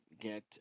get